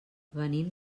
venim